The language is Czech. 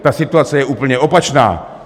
Ta situace je úplně opačná.